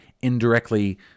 indirectly